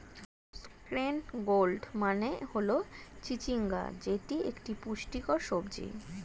snake gourd মানে হল চিচিঙ্গা যেটি একটি পুষ্টিকর সবজি